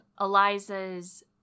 Eliza's